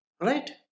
Right